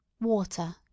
Water